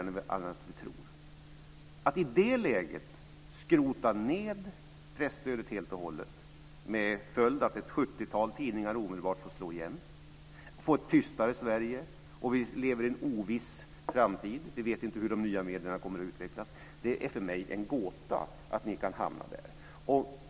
I det läget vill ni skrota ned presstödet helt och hållet, med följd att ett sjuttiotal tidningar omedelbart får slå igen och att vi får ett tystare Sverige. Vi står dessutom inför en oviss framtid och vet inte hur de nya medierna kommer att utvecklas. Det är för mig en gåta att ni kan hamna där.